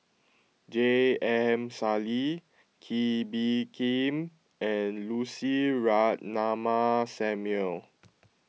J M Sali Kee Bee Khim and Lucy Ratnammah Samuel